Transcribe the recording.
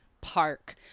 park